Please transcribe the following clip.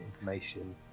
information